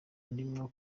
ndimo